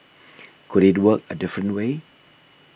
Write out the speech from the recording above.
could it work a different way